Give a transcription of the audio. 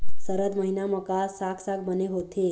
सरद महीना म का साक साग बने होथे?